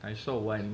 I saw one